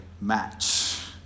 match